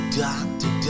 doctor